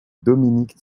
dominique